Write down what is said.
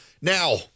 Now